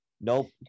Nope